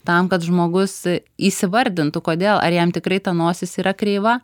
tam kad žmogus įsivardintų kodėl ar jam tikrai ta nosis yra kreiva